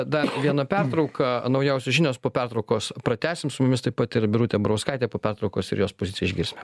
dar vieną pertrauką naujausios žinios po pertraukos pratęsim su mumis taip pat ir birutė burauskaitė po pertraukos ir jos poziciją išgirsime